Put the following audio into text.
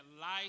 life